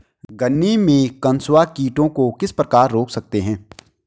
गन्ने में कंसुआ कीटों को किस प्रकार रोक सकते हैं?